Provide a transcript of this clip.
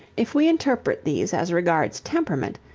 if we interpret these as regards temperament,